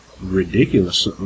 ridiculous